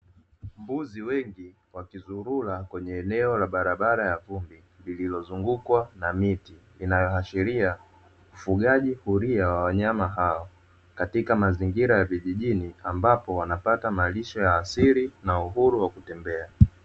Mbuzi wengi wakizurura kwenye eneo la barabara ya vumbi lililozungukwa na miti linaloashiria ufugaji hulia wa wanyama hawa, katika mazingira ya vijijini ambapo wanapata malisho ya asili na uhuru wa kutembea.